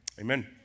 Amen